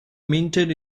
minted